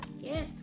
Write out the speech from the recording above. Yes